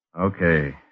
Okay